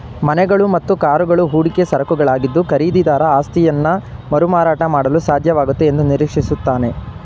ಮನೆಗಳು ಮತ್ತು ಕಾರುಗಳು ಹೂಡಿಕೆ ಸರಕುಗಳಾಗಿದ್ದು ಖರೀದಿದಾರ ಆಸ್ತಿಯನ್ನಮರುಮಾರಾಟ ಮಾಡಲುಸಾಧ್ಯವಾಗುತ್ತೆ ಎಂದುನಿರೀಕ್ಷಿಸುತ್ತಾನೆ